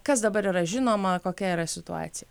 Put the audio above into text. kas dabar yra žinoma kokia yra situacija